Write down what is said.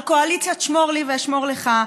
על קואליציית שמור לי ואשמור לך,